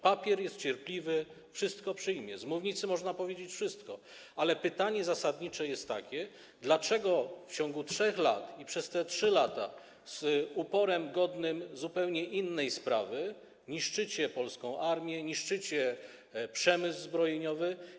Papier jest cierpliwy, wszystko przyjmie, z mównicy można powiedzieć wszystko, ale pytanie zasadnicze jest takie: Dlaczego w ciągu 3 lat, przez te 3 lata z uporem godnym zupełnie innej sprawy niszczycie polską armię, niszczycie przemysł zbrojeniowy?